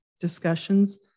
discussions